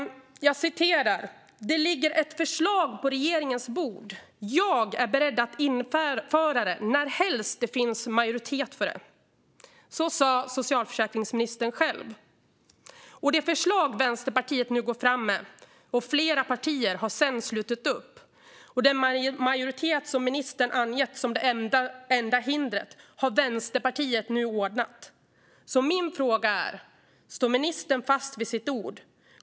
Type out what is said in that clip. Socialförsäkringsministern har själv sagt att det ligger ett förslag på regeringens bord och att han är beredd att införa det närhelst det finns majoritet för det. Så har socialförsäkringsministern sagt om det förslag Vänsterpartiet nu går fram med. Flera partier har sedan slutit upp, och den majoritet som ministern angett som det enda hindret har Vänsterpartiet nu ordnat. Min fråga är därför: Står ministern fast vid sitt ord?